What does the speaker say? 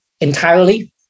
entirely